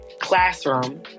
classroom